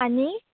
आणि